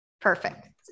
Perfect